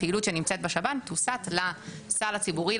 פעילות שנמצאת בשב"ן תוסט לסל הציבורי,